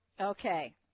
Okay